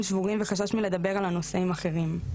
שבורים וחשש מלדבר על הנושא עם אחרים.